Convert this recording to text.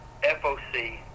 FOC